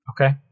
okay